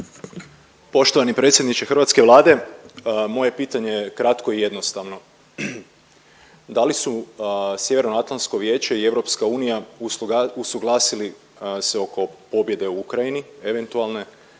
Poštovani predsjedniče hrvatske Vlade, moje pitanje je kratko i jednostavno. Da li su Sjevernoatlantsko vijeće i EU usuglasili se oko pobjede u Ukrajini eventualne